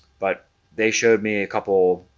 but they showed me a couple